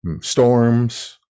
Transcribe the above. storms